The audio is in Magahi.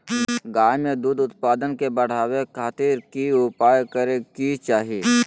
गाय में दूध उत्पादन के बढ़ावे खातिर की उपाय करें कि चाही?